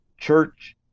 church